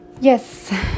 yes